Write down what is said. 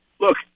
look